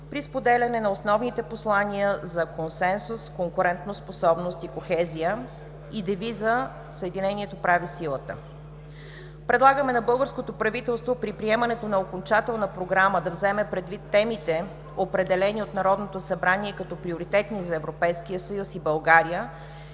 при споделяне на основните послания за консенсус, конкурентоспособност и кохезия, и девиза „Съединението прави силата!“. Предлагаме на българското правителство при приемането на окончателна програма да вземе предвид темите, определени от Народното събрание като приоритетни за Европейския съюз и България,